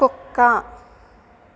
కుక్క